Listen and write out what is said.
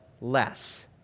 less